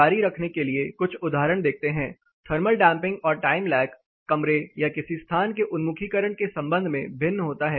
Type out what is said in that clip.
जारी रखने के लिए कुछ उदाहरण देखते हैं थर्मल डैंपिंग और टाइम लैग कमरे या किसी स्थान के उन्मुखीकरण के संबंध में भिन्न होता है